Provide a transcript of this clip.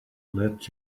let